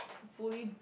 fully